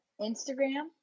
Instagram